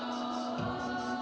oh